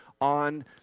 on